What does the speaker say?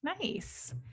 Nice